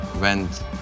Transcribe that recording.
went